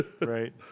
right